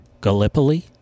Gallipoli